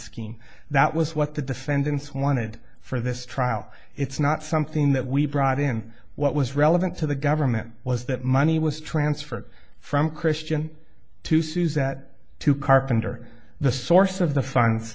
scheme that was what the defendants wanted for this trial it's not something that we brought in what was relevant to the government was that money was transferred from christian to suzette to carpenter the source of the funds